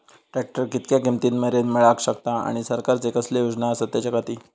Tractor कितक्या किमती मरेन मेळाक शकता आनी सरकारचे कसले योजना आसत त्याच्याखाती?